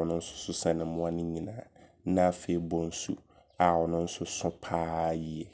ɔno nso so sene mmoa no nyinaa. Na afei bonsu a ɔno nso so paa yie.